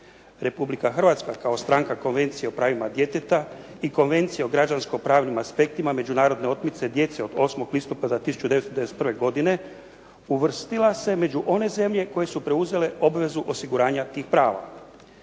Republika Hrvatska kao stranka Konvencije o pravima djeteta i Konvencije o građansko-pravnim aspektima međunarodne otmice djece od 8. listopada 1991. godine uvrstila se među one zemlje koje su preuzele obvezu osiguranja tih prava.